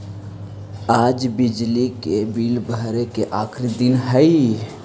आज बिजली के बिल भरे के आखिरी दिन हई